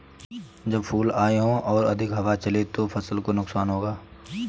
जब फूल आए हों और अधिक हवा चले तो फसल को नुकसान होगा?